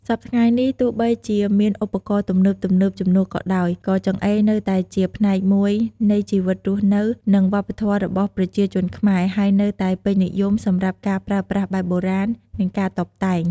សព្វថ្ងៃនេះ ទោះបីជាមានឧបករណ៍ទំនើបៗជំនួសក៏ដោយ ក៏ចង្អេរនៅតែជាផ្នែកមួយនៃជីវិតរស់នៅ និងវប្បធម៌របស់ប្រជាជនខ្មែរ ហើយនៅតែពេញនិយមសម្រាប់ការប្រើប្រាស់បែបបុរាណ និងការតុបតែង។